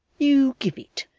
you give it.